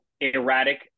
erratic